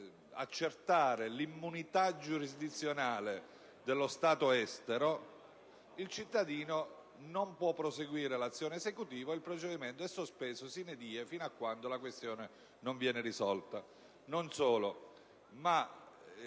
per accertare l'immunità giurisdizionale dello Stato estero, il cittadino non può proseguire l'azione esecutiva e il procedimento è sospeso *sine die* fino a quando la questione non viene risolta.